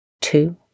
two